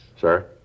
Sir